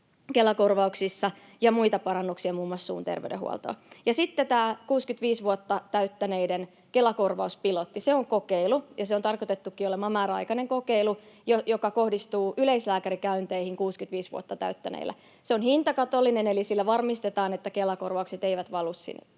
Kela-korvauksissa, ja muita parannuksia muun muassa suun terveydenhuoltoon. Sitten tämä 65 vuotta täyttäneiden Kela-korvauspilotti: Se on kokeilu, ja sen on tarkoitettukin olemaan määräaikainen kokeilu, joka kohdistuu yleislääkärikäynteihin 65 vuotta täyttäneillä. Se on hintakatollinen, eli sillä varmistetaan, että Kela-korvaukset eivät valu